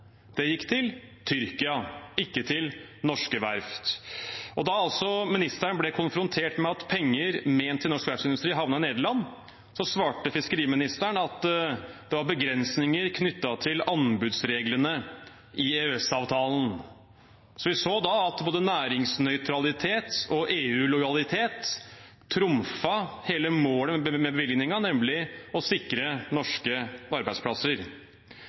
gikk til utlandet – til Tyrkia – ikke til norske verft. Da ministeren ble konfrontert med at penger ment til norsk verftsindustri havnet i Nederland, svarte fiskeriministeren at det var begrensninger knyttet til anbudsreglene i EØS-avtalen. Så vi så da at både næringsnøytralitet og EU-lojalitet trumfet hele målet med bevilgningen, nemlig å sikre norske arbeidsplasser.